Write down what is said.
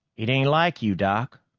it ain't like you, doc.